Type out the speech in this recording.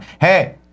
Hey